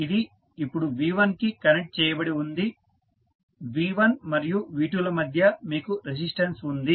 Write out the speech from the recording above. ఇది ఇప్పుడు V1 కి కనెక్ట్ చేయబడి ఉంది V1 మరియు V2 ల మధ్య మీకు రెసిస్టెన్స్ ఉంది